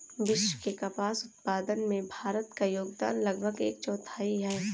विश्व के कपास उत्पादन में भारत का योगदान लगभग एक चौथाई है